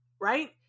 right